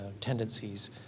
tendencies